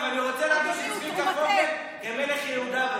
אגב, אני רוצה, 20 דקות כמלך יהודה,